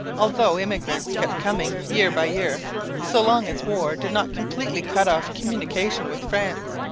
although immigrants kept coming year by year so long as war did not completely cut off communication with france.